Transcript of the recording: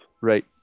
right